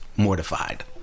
mortified